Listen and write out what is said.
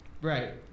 Right